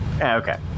Okay